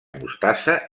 mostassa